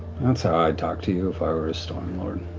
that's how i'd talk to you if i were a stormlord.